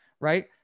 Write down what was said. Right